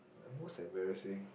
my most embarrassing